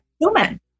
human